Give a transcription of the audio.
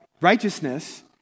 righteousness